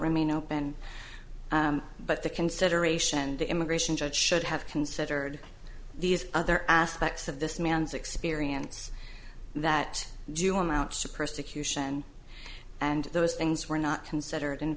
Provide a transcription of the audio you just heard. remain open but the consideration the immigration judge should have considered these other aspects of this man's experience that do amounts to persecution and those things were not considered in